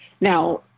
now